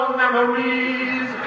memories